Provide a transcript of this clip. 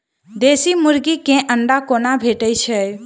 देसी मुर्गी केँ अंडा कोना भेटय छै?